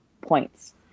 points